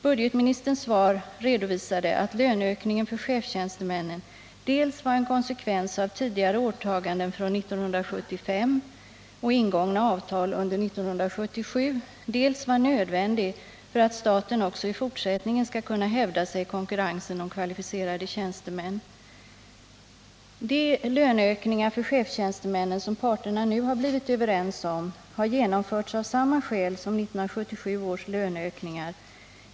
Budgetministerns svar redovisade att löneökningen för chefstjänstemännen dels var en konsekvens av tidigare åtaganden från 1975 och ingångna avtal under 1977, dels var nödvändig för att staten också i fortsättningen skall kunna hävda sig i konkurrensen om kvalificerade tjänstemän. De löneökningar för chefstjänstemännen som parterna nu har blivit överens om har genomförts av samma skäl som 1977 års löneökningar.